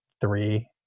three